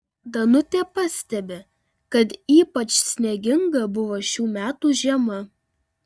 danutė pastebi kad ypač snieginga buvo šių metų žiema